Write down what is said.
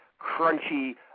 crunchy